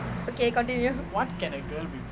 okay continue